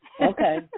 Okay